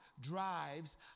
drives